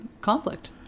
conflict